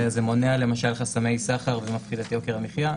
זה מונע חסמי סחר ומפחית את יוקר המחיה,